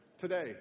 Today